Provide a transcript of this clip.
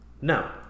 No